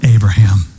Abraham